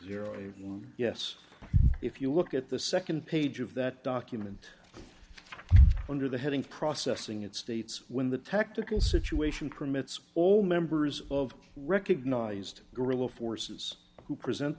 one yes if you look at the second page of that document under the heading processing it states when the tactical situation permits all members of recognized guerrilla forces who present